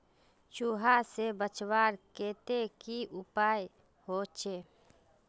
चूहा से बचवार केते की उपाय होचे?